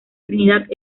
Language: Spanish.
trinidad